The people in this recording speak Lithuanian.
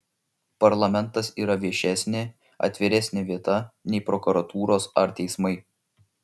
parlamentas yra viešesnė atviresnė vieta nei prokuratūros ar teismai